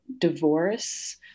divorce